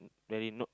very not